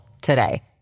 today